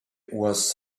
was